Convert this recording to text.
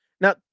Now